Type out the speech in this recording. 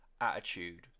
attitude